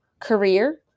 career